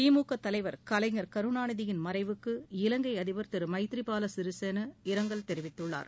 திமுக தலைவர் கலைஞர் கருணாநிதியின் மறைவுக்கு இலங்கை அதிபர் திரு மைத்ரி பால சிறிசேனா இரங்கல் தெரிவித்துள்ளார்